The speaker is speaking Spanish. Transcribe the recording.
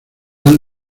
han